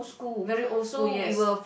very old school yes